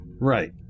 Right